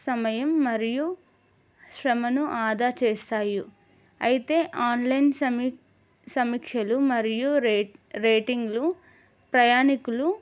సమయం మరియు శ్రమను ఆదా చేస్తాయి అయితే ఆన్లైన్ సమీ సమీక్షలు మరియు రే రేటింగ్లు ప్రయాణికులు